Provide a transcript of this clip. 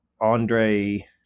Andre